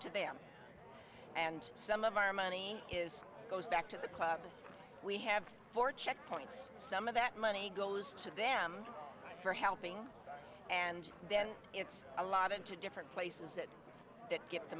to them and some of our money is goes back to the club we have for check points some of that money goes to them for helping and then it's a lot in two different places that